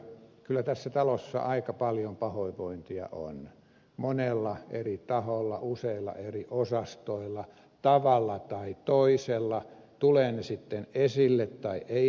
kyllä tässä talossa aika paljon pahoinvointia on monella eri taholla useilla eri osastoilla tavalla tai toisella tulee se sitten esille tai ei